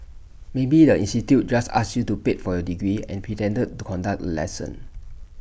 maybe the institute just asked you to pay for your degree and pretended to conduct the lesson